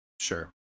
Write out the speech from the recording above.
Sure